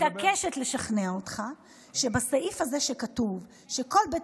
אני מתעקשת לשכנע אותך שהסעיף הזה שכתוב בו שכל בית